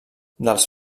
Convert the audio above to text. dels